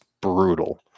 brutal